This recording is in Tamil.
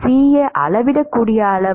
CA அளவிடக்கூடிய அளவு